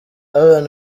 alain